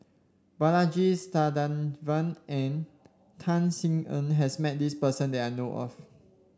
Balaji Sadasivan and Tan Sin Aun has met this person that I know of